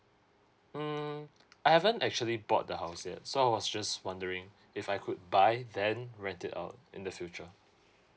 mm I haven't actually bought the house yet so I was just wondering if I could buy then rent it out in the future